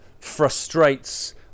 frustrates